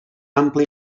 ample